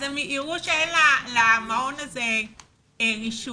הם יראו שאין למעון הזה רישוי